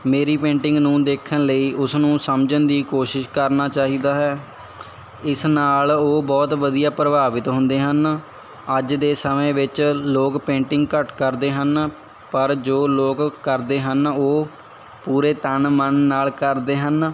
ਮੇਰੀ ਪੇਂਟਿੰਗ ਨੂੰ ਦੇਖਣ ਲਈ ਉਸਨੂੰ ਸਮਝਣ ਦੀ ਕੋਸ਼ਿਸ਼ ਕਰਨਾ ਚਾਹੀਦਾ ਹੈ ਇਸ ਨਾਲ ਉਹ ਬਹੁਤ ਵਧੀਆ ਪ੍ਰਭਾਵਿਤ ਹੁੰਦੇ ਹਨ ਅੱਜ ਦੇ ਸਮੇਂ ਵਿੱਚ ਲੋਕ ਪੇਂਟਿੰਗ ਘੱਟ ਕਰਦੇ ਹਨ ਪਰ ਜੋ ਲੋਕ ਕਰਦੇ ਹਨ ਉਹ ਪੂਰੇ ਤਨ ਮਨ ਨਾਲ ਕਰਦੇ ਹਨ